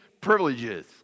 privileges